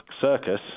circus